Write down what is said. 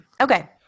Okay